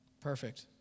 Perfect